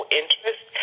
interest